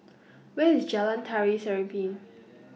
Where IS Jalan Tari Serimpi